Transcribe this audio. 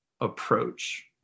approach